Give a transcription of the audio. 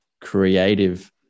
creative